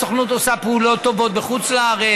הסוכנות עושה פעולות טובות בחוץ-לארץ,